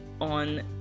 on